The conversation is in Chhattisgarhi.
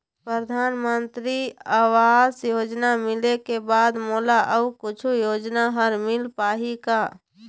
परधानमंतरी आवास योजना मिले के बाद मोला अऊ कुछू योजना हर मिल पाही का?